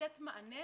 לתת מענה